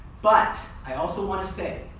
but i also want to say,